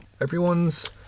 Everyone's